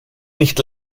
nicht